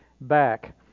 back